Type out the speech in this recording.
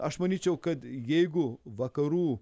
aš manyčiau kad jeigu vakarų